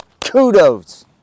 kudos